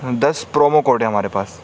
دس promo code ہیں ہمارے پاس